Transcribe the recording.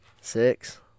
Six